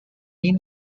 mean